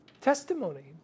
testimony